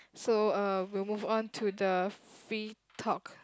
so uh we'll move on to the free talk